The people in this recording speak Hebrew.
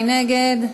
מי נגד?